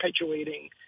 perpetuating